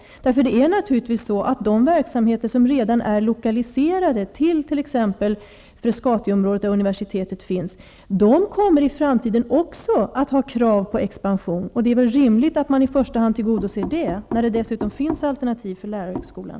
De verksamheter som redan är lokaliserade till t.ex. Frescatiområdet, där universitetet finns, kommer naturligtvis också i framtiden att ha krav på expansion. Och det är väl rimligt att man i första hand tillgodoser deras önskemål, när det dessutom finns alternativ för lärarhögskolan.